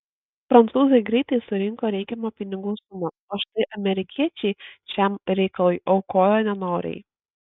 prancūzai greitai surinko reikiamą pinigų sumą o štai amerikiečiai šiam reikalui aukojo nenoriai